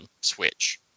switch